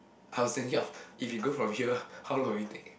I was thinking of if we go from here how long will it take